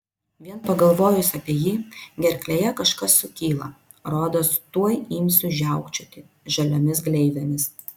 vien pagalvojus apie jį gerklėje kažkas sukyla rodos tuoj imsiu žiaukčioti žaliomis gleivėmis